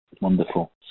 Wonderful